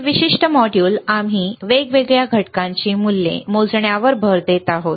हे विशिष्ट मॉड्यूल आम्ही वेगवेगळ्या घटकांची मूल्ये मोजण्यावर भर देत आहोत